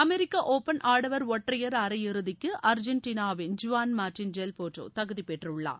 அமெரிக்க open ஆடவா் ஒற்றையா் அரை இறுதிக்கு அர்ஜன்டீனாவின் ஜூவான் மாாடன் டெல் போற்றோ தகுதிப்பெற்றுள்ளார்